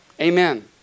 Amen